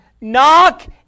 Knock